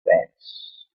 fence